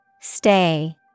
Stay